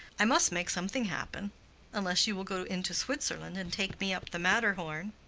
i must make something happen unless you will go into switzerland and take me up the matterhorn.